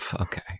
okay